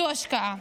זו השקעה.